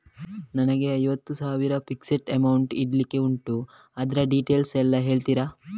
ನನಗೆ ಐವತ್ತು ಸಾವಿರ ಫಿಕ್ಸೆಡ್ ಅಮೌಂಟ್ ಇಡ್ಲಿಕ್ಕೆ ಉಂಟು ಅದ್ರ ಡೀಟೇಲ್ಸ್ ಎಲ್ಲಾ ಹೇಳ್ತೀರಾ?